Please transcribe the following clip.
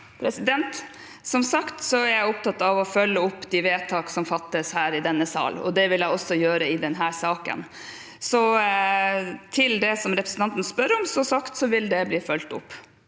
Som sagt er jeg opptatt av å følge opp de vedtak som fattes her i denne sal. Det vil jeg også gjøre i denne saken. Til det representanten spør om: Som sagt vil de vedtak